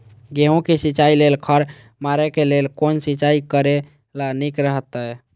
गेहूँ के सिंचाई लेल खर मारे के लेल कोन सिंचाई करे ल नीक रहैत?